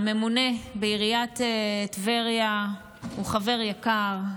הממונה בעיריית טבריה הוא חבר יקר,